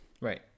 Right